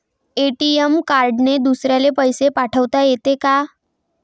ATM कार्डने दुसऱ्याले पैसे पाठोता येते का?